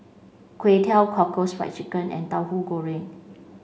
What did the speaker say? kway teow cockles fried chicken and tahu goreng